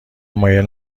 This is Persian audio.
مایل